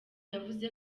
yavuze